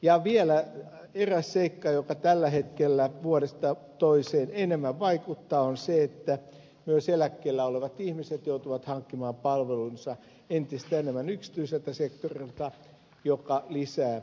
ja vielä eräs seikka joka tällä hetkellä vuodesta toiseen enemmän vaikuttaa on se että myös eläkkeellä olevat ihmiset joutuvat hankkimaan palvelunsa entistä enemmän yksityiseltä sektorilta mikä lisää kustannuksia